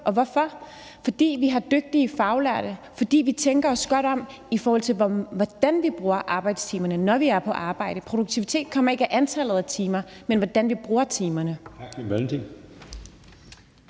Og hvorfor? Fordi vi har dygtige faglærte, fordi vi tænker os godt om, i forhold til hvordan vi bruger arbejdstimerne, når vi er på arbejde. Produktivitet kommer ikke af antallet af timer, men hvordan vi bruger timerne.